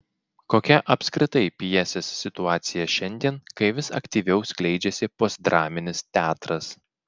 kokia apskritai pjesės situacija šiandien kai vis aktyviau skleidžiasi postdraminis teatras